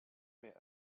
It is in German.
mehr